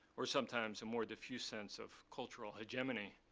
or sometimes a more diffuse sense of cultural hegemony.